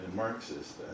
Marxist